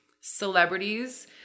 celebrities